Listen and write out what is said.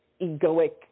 egoic